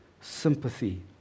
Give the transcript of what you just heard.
sympathy